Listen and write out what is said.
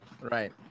Right